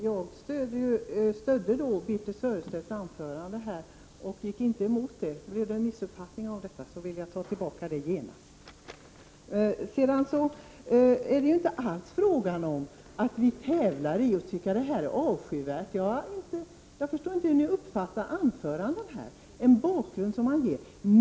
Herr talman! Jag vill bara till Elisabeth Persson säga att jag stödde Birthe Sörestedt — och inte gick emot vad hon sade i sitt anförande. Om jag uttryckte mig så att det blev en missuppfattning, vill jag ta tillbaka det genast. Sedan är det inte alls fråga om att vi tävlar i att tycka att det här våldet är avskyvärt. Jag förstår inte hur ni uppfattar anföranden här, när man ger en bakgrund.